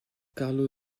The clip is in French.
carlo